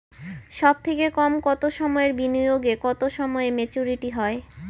সবথেকে কম কতো সময়ের বিনিয়োগে কতো সময়ে মেচুরিটি হয়?